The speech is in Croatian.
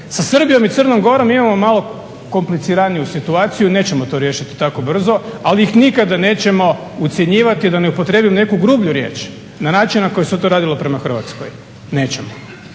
Sa Srbijom i Crnom Gorom imamo malo kompliciraniju situaciju, nećemo to riješiti tako brzo, ali ih nikada nećemo ucjenjivati da ne upotrijebim neku grublju riječ na način na koji se to radilo prema Hrvatskoj. Nećemo.